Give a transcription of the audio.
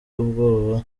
ubwoba